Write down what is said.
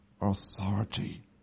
authority